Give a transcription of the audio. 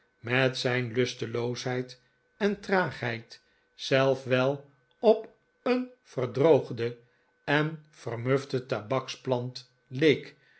met zijn histeloosheid en traagheid zelf wel op een verdroogde en vermufte tabaksplant